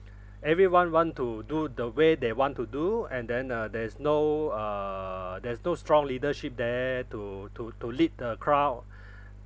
everyone want to do the way they want to do and then uh there's no uh there's no strong leadership there to to to lead the crowd